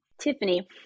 Tiffany